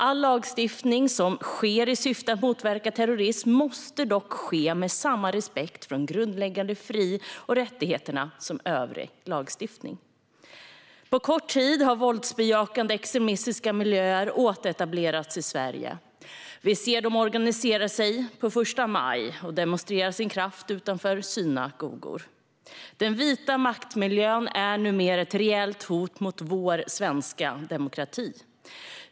All lagstiftning som sker i syfte att motverka terrorism måste dock ske med samma respekt för de grundläggande fri och rättigheterna som övrig lagstiftning. På kort tid har våldsbejakande extremistiska miljöer återetablerats i Sverige. Vi ser dem organisera sig på 1 maj och demonstrera sin kraft utanför synagogor. Vitmaktmiljön är numera ett reellt hot mot vår svenska demokrati.